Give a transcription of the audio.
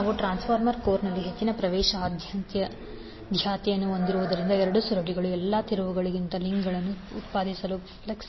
ನಾವು ಟ್ರಾನ್ಸ್ಫಾರ್ಮರ್ ಕೋರ್ನಲ್ಲಿ ಹೆಚ್ಚಿನ ಪ್ರವೇಶಸಾಧ್ಯತೆಯನ್ನು ಹೊಂದಿರುವುದರಿಂದ ಎರಡೂ ಸುರುಳಿಗಳ ಎಲ್ಲಾ ತಿರುವುಗಳಿಗೆ ಲಿಂಕ್ಗಳನ್ನು ಉತ್ಪಾದಿಸುವ ಫ್ಲಕ್ಸ್